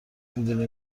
میدونی